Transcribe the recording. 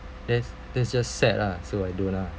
that's that's just sad lah so I don't lah